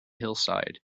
hillside